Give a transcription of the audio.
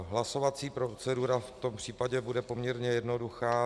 Hlasovací procedura v tom případě bude poměrně jednoduchá.